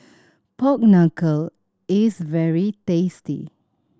pork knuckle is very tasty